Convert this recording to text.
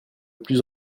plus